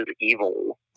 evil